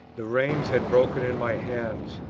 the reins had broken in my hands.